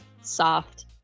soft